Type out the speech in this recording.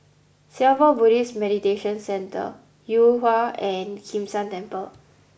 Singapore Buddhist Meditation Centre Yuhua and Kim San Temple